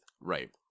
Right